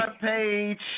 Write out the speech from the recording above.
Page